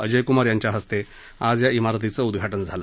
अजय कुमार यांच्याहस्ते आज या इमारतीचं उद्घाटन झालं